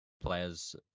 players